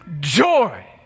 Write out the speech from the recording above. joy